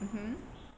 mmhmm